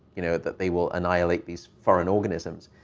you know, that they will annihilate these foreign organisms.